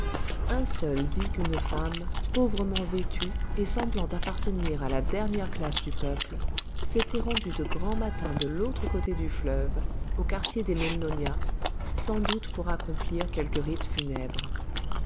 un seul dit qu'une femme pauvrement vêtue et semblant appartenir à la dernière classe du peuple s'était rendue de grand matin de l'autre côté du fleuve au quartier des memnonia sans doute pour accomplir quelque rite funèbre